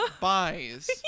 buys